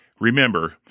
Remember